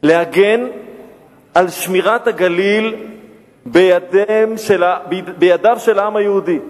להגן על שמירת הגליל בידיו של העם היהודי.